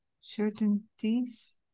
certainties